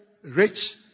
Rich